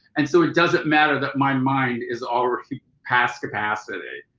and so it doesn't matter that my mind is already past capacity.